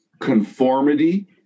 conformity